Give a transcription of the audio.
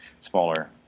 smaller